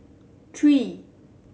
three